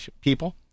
people